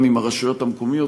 גם עם הרשויות המקומיות.